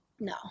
No